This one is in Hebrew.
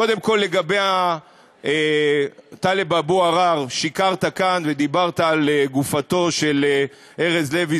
קודם כול לגבי טלב אבו עראר: שיקרת כאן כשדיברת על גופתו של ארז לוי,